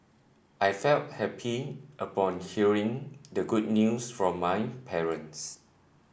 I felt happy upon hearing the good news from my parents